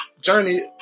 Journey